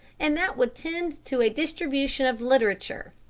and that would tend to a distribution of literature.